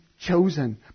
chosen